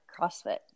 CrossFit